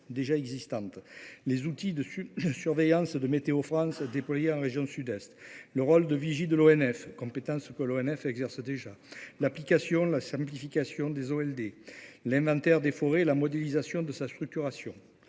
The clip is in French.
déjà existantes, les outils dessus le surveillance de météo France, déployés en région Sud-Est le rôle de vigie de l'ONF compétence que l'ONF exerce déjà l'application, la simplification des ALD l'inventaire des forêts, la modélisation de sa structuration,